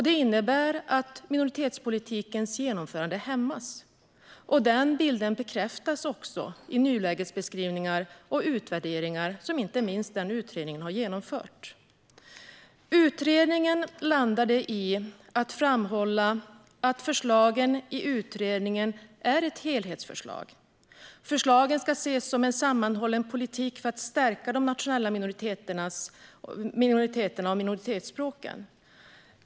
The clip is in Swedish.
Det innebär att minoritetspolitikens genomförande hämmas, och den bilden bekräftas också i nulägesbeskrivningar och utvärderingar som inte minst utredningen har genomfört. Förslagen från utredningen utgör ett helhetsförslag. Förslagen ska ses som en sammanhållen politik för att stärka de nationella minoriteterna och minoritetsspråken.